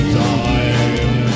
time